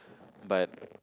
but